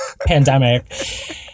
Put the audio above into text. pandemic